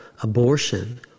abortion